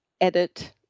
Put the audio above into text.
edit